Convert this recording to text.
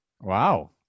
wow